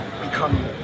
become